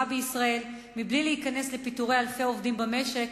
בישראל מבלי להיכנס לפיטורי אלפי עובדים במשק,